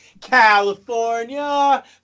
California